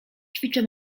ćwiczę